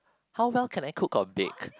how well can I cook or bake